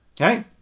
Okay